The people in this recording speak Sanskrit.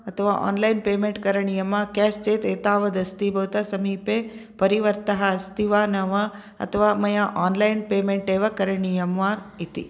अथवा आन्लैन् पेमेन्ट् करणीयं वा केश् चेत् एतावदस्ति भवतः समीपे परिवर्तः अस्ति वा न वा अथवा मया आन्लैन् पेमेन्ट् एव करणीयं वा इति